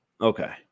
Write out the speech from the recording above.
Okay